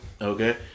Okay